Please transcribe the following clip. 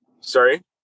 Sorry